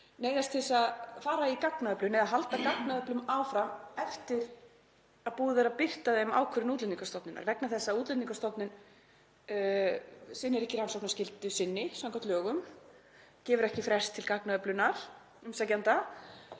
neyðast til að fara í gagnaöflun eða halda gagnaöflun áfram eftir að búið er að birta þeim ákvörðun Útlendingastofnunar vegna þess að Útlendingastofnun sinnir ekki rannsóknarskyldu sinni samkvæmt lögum, gefur ekki frest til gagnaöflunar umsækjenda